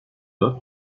dört